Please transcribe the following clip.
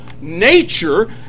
nature